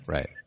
Right